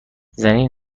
زنی